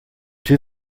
two